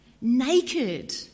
Naked